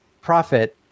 profit